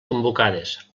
convocades